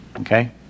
Okay